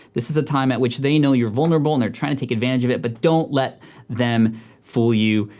this is a time at which they know you're vulnerable and they're trying to take advantage of it. but don't let them fool you.